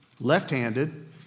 left-handed